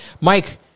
Mike